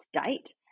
state